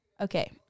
Okay